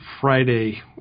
Friday